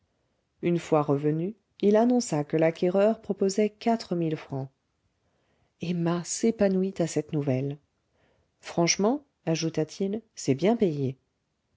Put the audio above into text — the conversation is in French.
une fois revenu il annonça que l'acquéreur proposait quatre mille francs emma s'épanouit à cette nouvelle franchement ajouta-t-il c'est bien payé